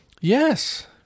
Yes